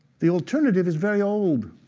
the alternative is very old.